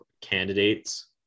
candidates